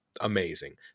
amazing